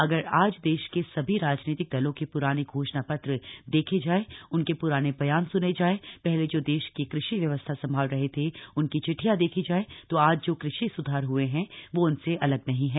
अगर आज देश के सभी राजनीतिक दलों के प्राने घोषणा पत्र देखे जाएं उनके प्राने बयान सुने जाएं पहले जो देश की कृषि व्यवस्था संभाल रहे थे उनकी चिट्ठियां देखीं जाएं तो आज जो कृषि सुधार हए हैं वो उनसे अलग नहीं है